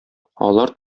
алар